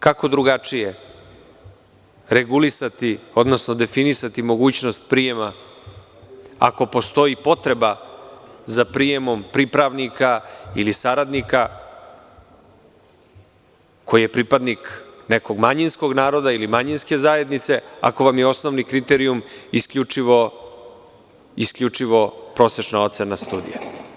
Kako drugačije regulisati, odnosno definisati mogućnost prijema ako postoji potreba za prijemom pripravnika ili saradnika koji je pripadnik nekog manjinskog naroda ili manjinske zajednice, ako vam je osnovni kriterijum isključivo prosečna ocena studija?